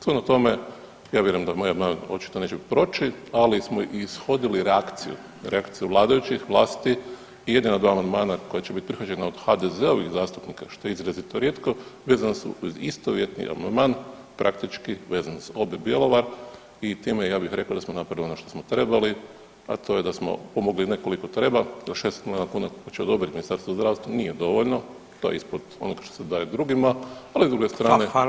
Shodno tome, ja vjerujem da moj amandman očito neće proći, ali smo ishodili reakciju, reakciju vladajućih, vlasti i jedina 2 amandmana koja će biti prihvaćena od HDZ-ovih zastupnika, što je izrazito rijetko, vezana su uz istovjetni amandman praktički vezan uz OB Bjelovar i time, ja bih rekao da smo napravili ono što smo trebali, a to je da smo pomogli, ne koliko treba, još 6 milijuna kuna koje će odobriti Ministarstvo zdravstva nije dovoljno, to je ispod onog što se daje drugima, ali s druge strane